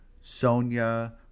sonia